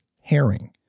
herring